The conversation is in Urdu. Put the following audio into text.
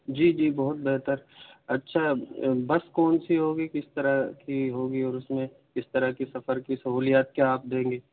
جی جی بہت بہتر اچھا بس کون سی ہوگی کس طرح کی ہوگی اور اس میں کس طرح کی سفر کی سہولیات کیا آپ دیں گے